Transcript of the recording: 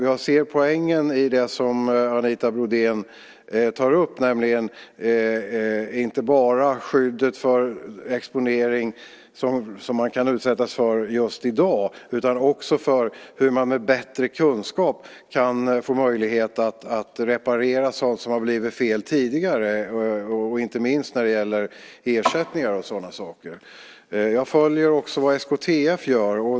Jag ser poängen i det som Anita Brodén tar upp, nämligen inte bara skyddet för exponering som man kan utsättas för just i dag utan också hur man med bättre kunskap kan få möjlighet att reparera sådant som har blivit fel tidigare, inte minst när det gäller ersättningar och sådana saker. Jag följer också vad SKTF gör.